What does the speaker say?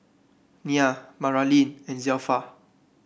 Nyah Maralyn and Zelpha